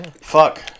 Fuck